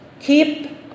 keep